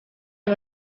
aba